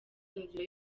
inzira